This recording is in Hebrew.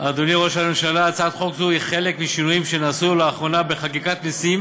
ראשונה ולהעבירה לוועדת הכספים להכנה לקריאה שנייה ושלישית.